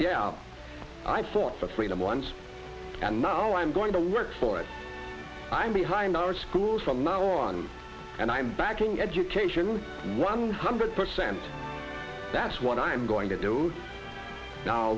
it i fought for freedom once i know i'm going to work for it i'm behind our schools from now on and i'm backing education one hundred percent that's what i'm going to do